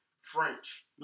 French